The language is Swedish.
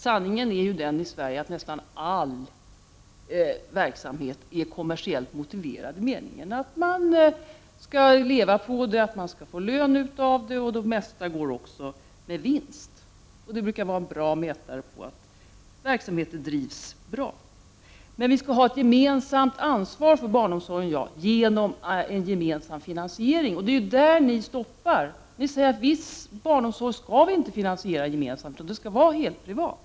Sanningen i Sverige är ju den att nästan all verksamhet är kommersiellt motiverad i den meningen att man skall leva på den, att man skall kunna ta ut lön ur den och att de flesta verksamheter går med vinst. Det brukar vara en bra mätare på att verksamheten drivs bra. Men vi skall naturligtvis ha ett gemensamt ansvar för barnomsorgen genom en gemensam finansiering. Och det är ju i detta sammanhang som socialdemokraterna sätter stopp. De säger att viss barnomsorg inte skall finansieras gemensamt utan att den skall vara helprivat.